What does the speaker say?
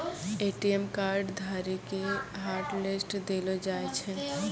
ATM card धारी के hotlist देलो जाय छै